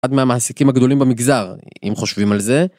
אחד מהמעסיקים הגדולים במגזר אם חושבים על זה.